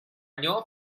new